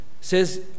says